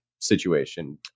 situation